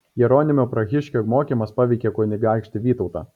jeronimo prahiškio mokymas paveikė kunigaikštį vytautą